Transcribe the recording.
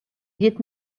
viêt